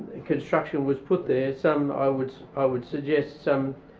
construction, was put there some, i would i would suggest, some